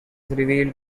revealed